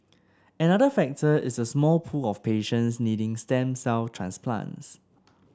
another factor is the small pool of patients needing stem cell transplants